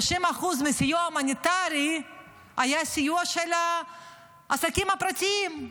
30% מהסיוע ההומניטרי היה סיוע של העסקים הפרטיים,